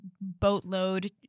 boatload